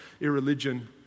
irreligion